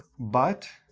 but